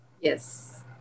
Yes